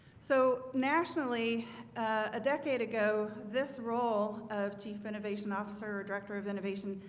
so nationally a decade ago this role of chief innovation officer or director of innovation.